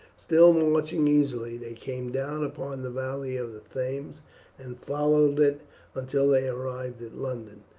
still marching easily, they came down upon the valley of the thames and followed it until they arrived at london.